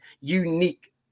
unique